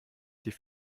die